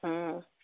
ହୁଁ